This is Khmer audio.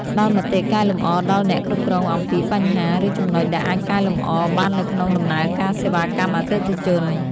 ផ្ដល់មតិកែលម្អដល់អ្នកគ្រប់គ្រងអំពីបញ្ហា ឬចំណុចដែលអាចកែលម្អបាននៅក្នុងដំណើរការសេវាកម្មអតិថិជន។